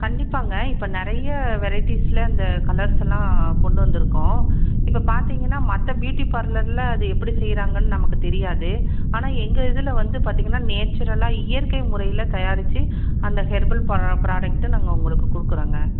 கண்டிப்பாகங்க இப்போ நிறைய வெரைட்டிஸில் இந்த கலர்ஸ் எல்லாம் கொண்டு வந்து இருக்கோம் இப்போ பார்த்திங்கன்னா மற்ற பியூட்டி பார்லரில் அது எப்படி செய்யறாங்கன்னு நமக்கு தெரியாது ஆனால் எங்கள் இதில் வந்து பார்த்திங்கன்னா நேச்சுரலாக இயற்கை முறையில் தயாரிச்சு அந்த ஹெர்பல் பா ப்ராடக்டை நாங்கள் உங்களுக்கு கொடுக்குறோங்க